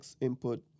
input